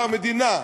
כלומר, המדינה,